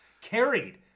Carried